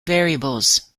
variables